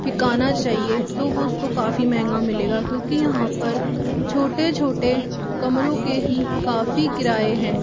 ठिकाना चाहिए तो वो उसको काफ़ी महँगा मिलेगा क्योंकि यहाँ पर छोटे छोटे कमरों के ही काफ़ी किराए हैं